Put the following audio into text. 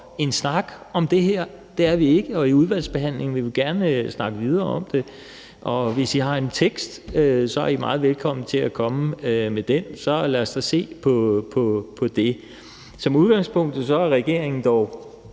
en snak om det her. Det er vi ikke, og i udvalgsbehandlingen vil vi gerne snakke videre om det, og hvis I har en tekst, er I meget velkommen til at komme med den. Så lad os da se på det. Som udgangspunkt er regeringen dog